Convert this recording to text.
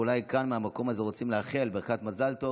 מהמקום הזה אנחנו רוצים לאחל ברכת מזל טוב